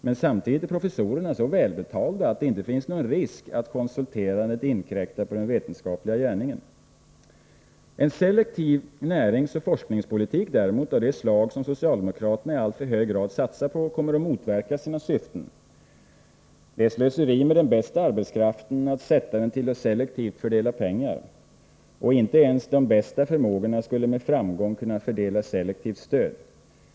Men samtidigt är professorerna så välbetalda att det inte finns någon risk att konsulterandet inkräktar på den vetenskapliga gärningen. En selektiv näringsoch forskningspolitik däremot av det slag, som socialdemokraterna i alltför hög grad satsar på, kommer att motverka sina syften. Det är slöseri med den bästa arbetskraften att sätta den till att selektivt fördela pengar. Och inte ens de bästa förmågorna skulle med framgång kunna fördela selektivt stöd.